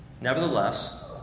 Nevertheless